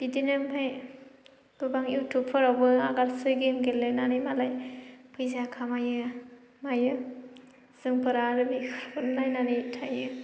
बिदिनो ओमफ्राय गोबां इउटिउबफोरावबो गासै गेम गेलेनानै मालाय फैसा खामायो मायो जोंफोरा आरो बेफोरखौनो नायनानै थायो